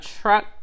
truck